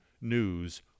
news